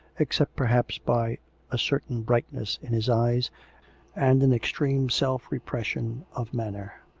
except perhaps by a certain brightness in his eyes and an extreme self-repression of manner.